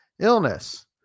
illness